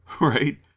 right